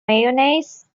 mayonnaise